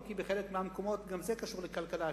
אם כי בחלק מהמקומות גם זה קשור לכלכלה,